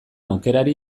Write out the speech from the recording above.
aukerari